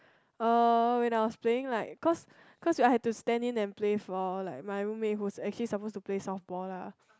uh when I was playing like because because I had to stand in and play for like my roommate who is actually supposed to play softball lah